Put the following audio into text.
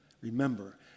remember